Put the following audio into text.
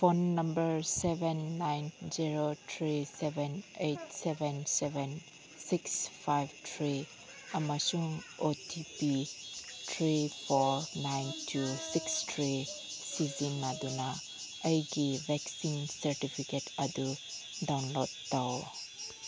phone number seven nine zero three seven eight seven seven six five three ꯑꯃꯁꯨꯡ O T P three four nine two six three ꯁꯤꯖꯤꯟꯅꯗꯨꯅ ꯑꯩꯒꯤ vaccine certificate ꯑꯗꯨ ꯗꯥꯎꯟꯂꯣꯠ ꯇꯧ